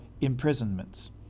imprisonments